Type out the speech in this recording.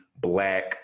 Black